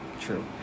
True